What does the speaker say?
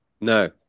no